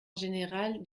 général